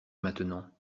maintenant